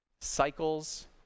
Cycles